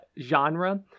genre